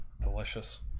Delicious